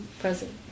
present